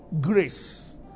grace